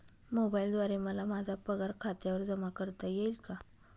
मोबाईलद्वारे मला माझा पगार खात्यावर जमा करता येईल का?